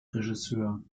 regisseur